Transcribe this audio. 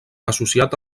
associat